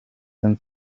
hin